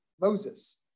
Moses